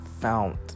found